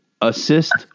assist